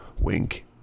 Wink